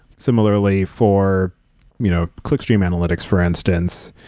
similarly, for you know click stream analytics for instance,